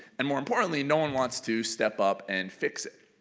and more importantly no one wants to step up and fix it.